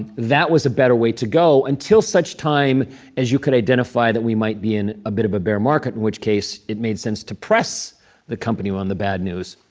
that was a better way to go until such time as you could identify that we might be in a bit of a bear market, in which case, it made sense to press the company on the bad news.